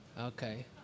Okay